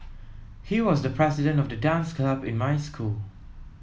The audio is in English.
he was the president of the dance club in my school